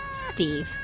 steve